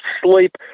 sleep